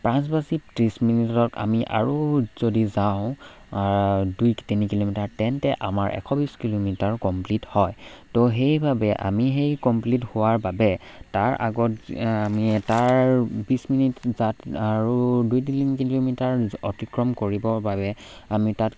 পাঁচ বাজি ত্ৰিছ মিনিটত আমি আৰু যদি যাওঁ দুই তিনি কিলোমিটাৰ তেন্তে আমাৰ এশ বিছ কিলোমিটাৰ কমপ্লিট হয় তো সেইবাবে আমি সেই কমপ্লিট হোৱাৰ বাবে তাৰ আগত আমি তাৰ বিছ মিনিট যাত আৰু দুই তিনি কিলোমিটাৰ অতিক্ৰম কৰিবৰ বাবে আমি তাত